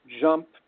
jump